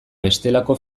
bestelako